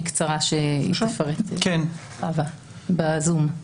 לשמוע את חוה לוי בקצרה ב-זום.